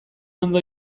ondo